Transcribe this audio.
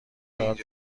داد